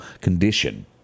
condition